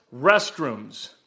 restrooms